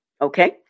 Okay